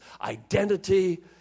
identity